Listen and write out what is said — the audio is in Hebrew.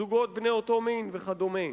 זוגות בני אותו מין וכדומה.